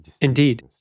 indeed